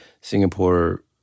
Singapore